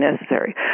necessary